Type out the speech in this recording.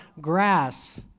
grass